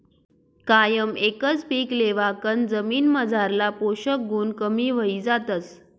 कायम एकच पीक लेवाकन जमीनमझारला पोषक गुण कमी व्हयी जातस